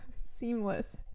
seamless